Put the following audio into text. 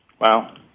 Wow